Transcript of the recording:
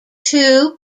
two